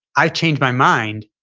i changed my mind.